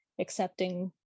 accepting